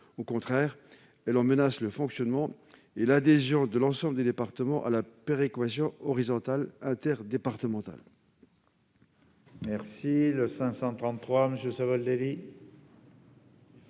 Au contraire, elle en menace le fonctionnement et l'adhésion de l'ensemble des départements à la péréquation horizontale interdépartementale.